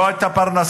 לא את הפרנסה,